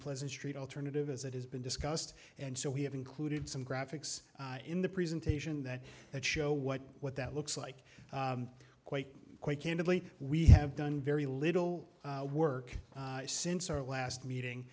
pleasant street alternative as it has been discussed and so we have included some graphics in the presentation that that show what what that looks like quite quite candidly we have done very little work since our last meeting